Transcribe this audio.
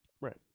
Right